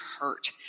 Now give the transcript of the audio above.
hurt